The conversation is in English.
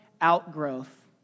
outgrowth